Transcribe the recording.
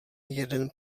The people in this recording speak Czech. jeden